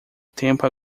tempo